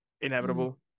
Inevitable